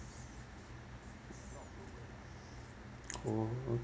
oh